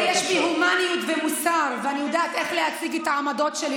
לפחות יש בי הומניות ומוסר ואני יודעת איך להציג את העמדות שלי,